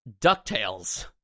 DuckTales